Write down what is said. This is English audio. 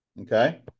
Okay